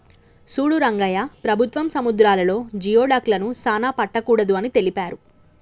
సూడు రంగయ్య ప్రభుత్వం సముద్రాలలో జియోడక్లను సానా పట్టకూడదు అని తెలిపారు